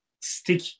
stick